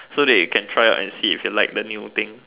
so that you can try out and see if you like the new thing